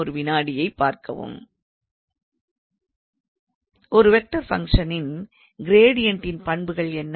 ஒரு வெக்டார் ஃபங்க்ஷனின் க்ரேடியன்ட்டின் பண்புகள் என்ன